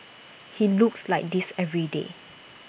he looks like this every day